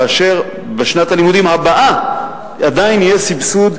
כאשר בשנת הלימודים הבאה עדיין יהיה סבסוד,